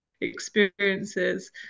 experiences